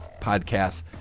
podcasts